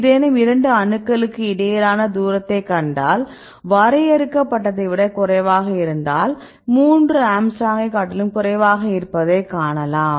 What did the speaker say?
ஏதேனும் 2 அணுக்களுக்கு இடையிலான தூரத்தை கண்டால் வரையறுக்கப்பட்டதைவிட குறைவாக இருந்தால் 3 ஆங்ஸ்ட்ரோமைக் காட்டிலும் குறைவாக இருப்பதைக் காணலாம்